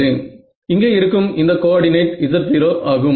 இங்கே இருக்கும் இந்த கோஆர்டினேட் z0 ஆகும்